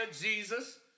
Jesus